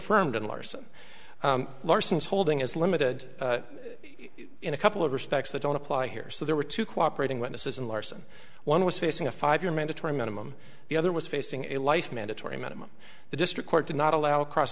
affirmed and larson larson's holding is limited in a couple of respects that don't apply here so there were two cooperating witnesses in larson one was facing a five year mandatory minimum the other was facing a life mandatory minimum the district court did not allow cross